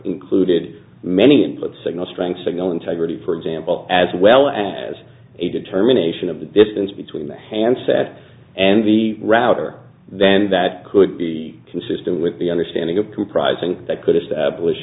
included many input signal strength signal integrity for example as well as a determination of the distance between the handset and the router then that could be consistent with the understanding of comprising that could establish